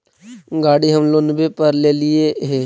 गाड़ी हम लोनवे पर लेलिऐ हे?